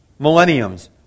Millenniums